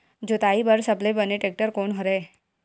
जोताई बर सबले बने टेक्टर कोन हरे?